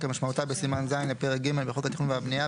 כמשמעותה בסימן ז' לפרק ג' בחוק התכנון והבנייה,